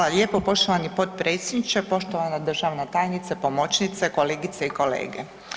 Hvala lijepo poštovani potpredsjedniče, poštovana državna tajnice, pomoćnice, kolegice i kolege.